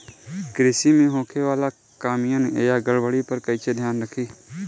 कृषि में होखे वाला खामियन या गड़बड़ी पर कइसे ध्यान रखि?